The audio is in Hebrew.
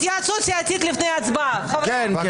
התייעצות סיעתית לפני ההצבעה, חברים.